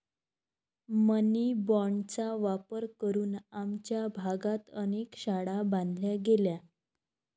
मनी बाँडचा वापर करून आमच्या भागात अनेक शाळा बांधल्या गेल्या